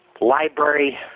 library